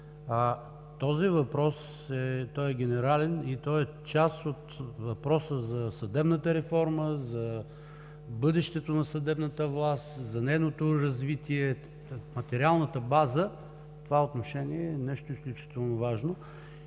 Този въпрос е генерален и той е част от въпроса за съдебната реформа, за бъдещето на съдебната власт, за нейното развитие. Материалната база в това отношение е нещо изключително важно.